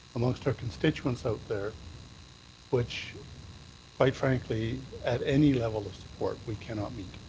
among so our constituents out there which quite frankly at any level of support we cannot meet,